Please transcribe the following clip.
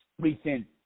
recent